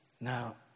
Now